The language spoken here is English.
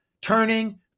turning